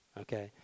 okay